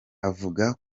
avuga